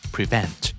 Prevent